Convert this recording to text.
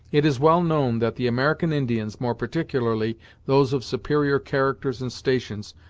it is well known that the american indians, more particularly those of superior characters and stations,